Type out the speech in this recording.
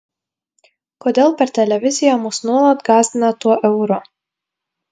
kodėl per televiziją mus nuolat gąsdina tuo euru